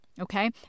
Okay